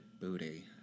booty